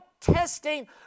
testing